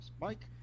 Mike